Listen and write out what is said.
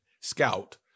scout